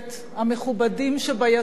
המכובדים שביציע,